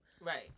Right